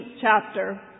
chapter